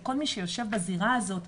כל מי שיושב בזירה הזו.